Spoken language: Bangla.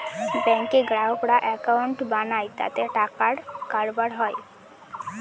ব্যাঙ্কে গ্রাহকরা একাউন্ট বানায় তাতে টাকার কারবার হয়